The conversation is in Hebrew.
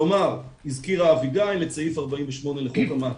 כלומר: הזכירה אביגיל את סעיף 48 לחוק המעצרים,